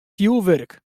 fjurwurk